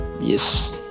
yes